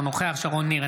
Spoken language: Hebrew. אינו נוכח שרון ניר,